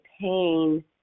pain